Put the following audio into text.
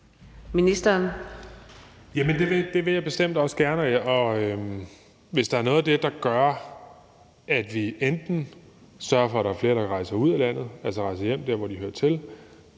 Dybvad Bek): Det vil jeg bestemt også gerne. Hvis der er noget af det, der gør, at vi enten sørger for, at der er flere, der rejser til ud af landet og rejser hjem til der, hvor de hører til,